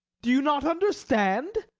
do you not understand?